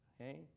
Okay